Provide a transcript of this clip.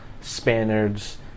Spaniards